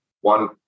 one